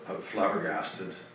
flabbergasted